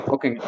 Okay